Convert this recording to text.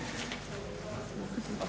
Hvala